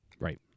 Right